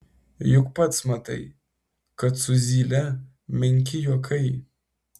juk pats matai kad su zyle menki juokai